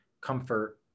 comfort